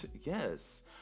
Yes